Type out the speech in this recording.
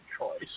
choice